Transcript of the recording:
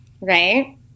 right